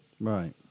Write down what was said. Right